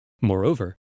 Moreover